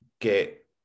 get